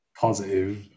positive